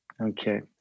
Okay